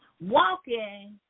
walking